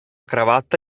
cravatta